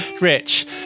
Rich